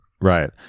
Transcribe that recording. right